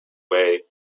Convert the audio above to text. way